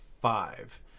five